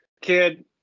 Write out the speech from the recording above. kid